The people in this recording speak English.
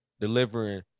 delivering